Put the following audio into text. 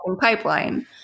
pipeline